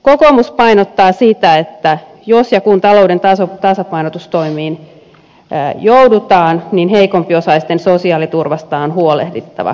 kokoomus painottaa sitä että jos ja kun talouden tasapainotustoimiin joudutaan niin heikompiosaisten sosiaaliturvasta on huolehdittava